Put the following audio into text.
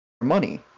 money